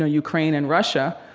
ah ukraine and russia,